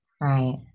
right